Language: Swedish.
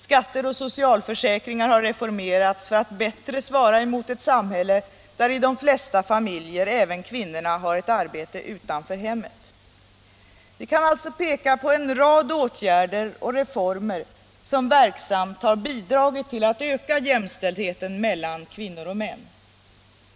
Skatter och socialförsäkringar har reformerats för att bättre svara mot ett samhälle, där i de flesta familjer även kvinnorna har ett arbete utanför hemmet. Vi kan alltså peka på en rad åtgärder och reformer, som verksamt bidragit till att öka jämställdheten mellan kvinnor och män.